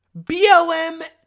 BLM